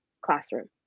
classroom